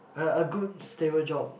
a good stable job